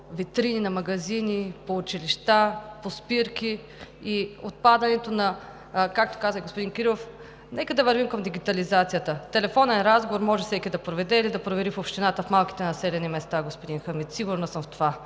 витрини на магазини, по училища, по спирки и както каза господин Кирилов, нека да вървим към дигитализацията. Телефонен разговор може всеки да проведе или да провери в общината в малките населени места, господин Хамид, сигурна съм в това.